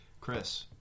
Chris